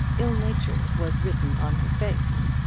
ill-nature was written on her face,